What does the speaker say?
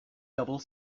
double